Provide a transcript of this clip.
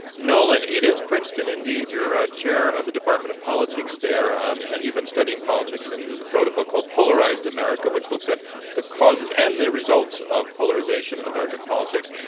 nolan, it is princeton, indeed. you're a chair of the department of politics there. and and you've been studying politics and wrote a book called, polarized america, which looks at the causes and the results of polarization in american politics.